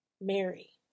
Mary